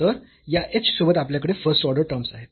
तर या h सोबत आपल्याकडे फर्स्ट ऑर्डर टर्म्स आहेत